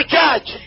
judge